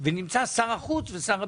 ונמצא שר החוץ ושר הביטחון,